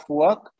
work